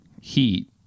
Heat